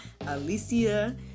Alicia